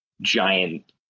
giant